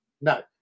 No